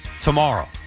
tomorrow